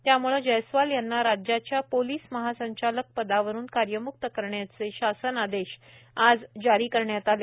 त्यामुळे जयस्वाल यांना राज्याच्या पोलिस महासंचालक पदावरून कार्यमुक्त करण्याचे शासन आदेश आज जारी करण्यात आले